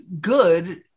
good